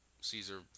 Caesar